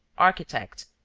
architect,